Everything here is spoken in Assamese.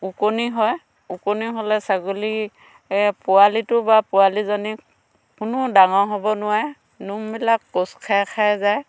ওকণি হয় ওকণি হ'লে ছাগলীৰ পোৱালিটো বা পোৱালিজনীক কোনো ডাঙৰ হ'ব নোৱাৰে নোমবিলাক কোচ খাই খাই যায়